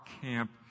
camp